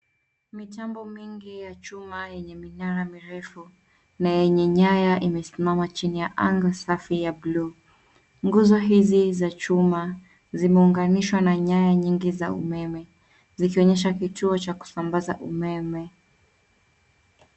Mitambo mingi ya chuma yenye minara mirefu na yenye nyaya imesimama chini ya anga safi ya bluu. Nguzo hizi za chuma zimeunganishwa na nyaya nyingi za umeme zikionyesha kituo cha kusambaza umeme.